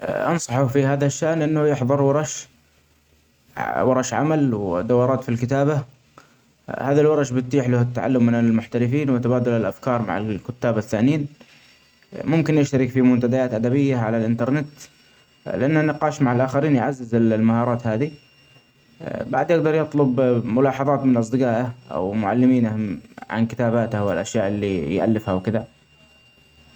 ا أنصحه في هذا الشأن أنه يحظر ورش ااورش عمل ودورات في الكتابة ،هذه بتيح له التعلم من المحترفين وتبادل الأفكار مع الكتاب الثانيين. ممكن يشترك في منتديات أدبية علي الأنترنت ، لأن النقاش مع الأخرين يعزز المهارات هادي ا بعدين يطلب ملاحظات من اصدجاءه أو معلمينه عن كتاباته والأشياء اللي يألفها وكدة.